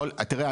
תראה,